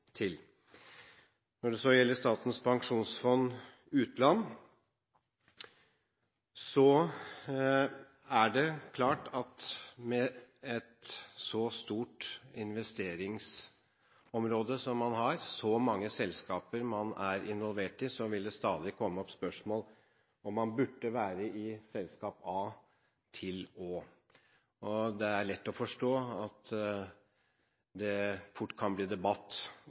til. Når det gjelder Statens pensjonsfond utland, er det klart at med et så stort investeringsområde som man har – så mange selskaper man er involvert i – vil det stadig vekk komme opp spørsmål om man burde være i selskap «a» til «å». Det er lett å forstå at det fort kan bli debatt